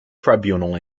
tribunal